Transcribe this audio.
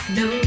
no